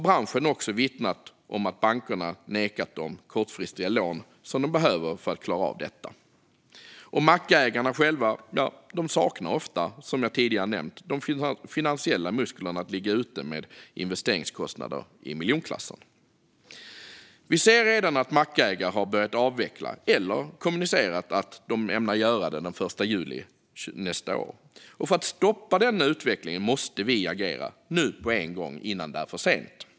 Branschen har vittnat om att bankerna nekat mackägarna de kortfristiga lån som de behöver för att klara av detta. Mackägarna själva saknar ofta, som jag tidigare nämnt, de finansiella musklerna att ligga ute med investeringskostnader i miljonklassen. Vi ser redan att mackägare har börjat avveckla sin verksamhet eller kommunicerat att de ämnar göra det den 1 juli nästa år. För att stoppa denna utveckling måste vi agera nu på en gång, innan det är för sent.